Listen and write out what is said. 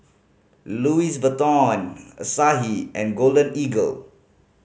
Louis Vuitton Asahi and Golden Eagle